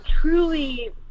truly